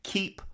Keep